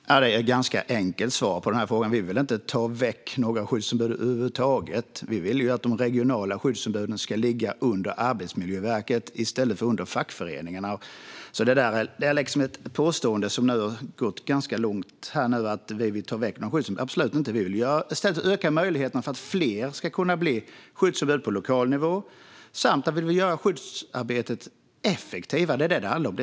Fru talman! Jag har ett ganska enkelt svar på den frågan. Vi vill inte ta väck några skyddsombud över huvud taget. Vi vill att de regionala skyddsombuden ska ligga under Arbetsmiljöverket i stället för under fackföreningarna. Detta påstående om att vi vill ta väck skyddsombud har nu gått ganska långt. Det vill vi absolut inte göra. Vi vill i stället öka möjligheterna för att fler ska kunna bli skyddsombud på lokal nivå. Vi vill också göra skyddsarbetet effektivare. Det är det som det handlar om.